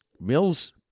Mills